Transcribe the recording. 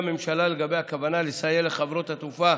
הממשלה לגבי הכוונה לסייע לחברות התעופה